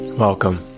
welcome